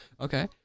Okay